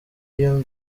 iyo